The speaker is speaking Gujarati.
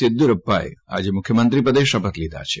યેદયુરપ્પાએ આજે મુખ્યમંત્રીપદે શપથ લીધા છે